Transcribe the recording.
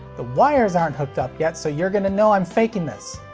the wires aren't hooked up yet so you're gonna know i'm faking this!